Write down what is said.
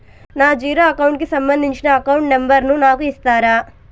నా zero account కి సంబంధించి అకౌంట్ నెంబర్ ను నాకు ఇస్తారా